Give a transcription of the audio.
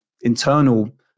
internal